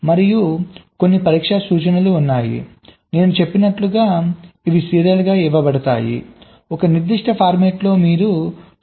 మరియు కొన్ని పరీక్ష సూచనలు ఉన్నాయి నేను చెప్పినట్లుగా ఇవి సీరియల్గా కూడా ఇవ్వబడతాయి ఒక నిర్దిష్ట ఫార్మాట్లో మీరు సూచనలను ఇవ్వవచ్చు